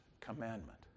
commandment